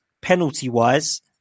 penalty-wise